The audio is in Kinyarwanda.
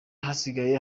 hasigaye